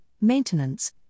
maintenance